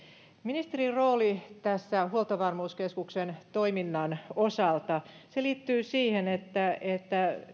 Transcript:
ministerin rooli tämän huoltovarmuuskeskuksen toiminnan osalta liittyy siihen että